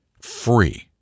free